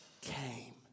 came